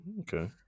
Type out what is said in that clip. okay